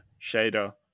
shader